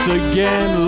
again